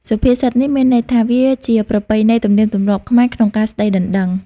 សុភាសិតនេះ មានន័យថា វាជាប្រពៃណីទំនៀមទម្លាប់ខ្មែរក្នុងការស្ដីដណ្ដឹង ។